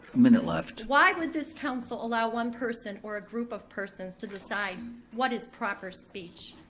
a minute left. why would this council allow one person or a group of persons to decide what is proper speech?